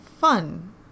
fun